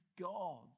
God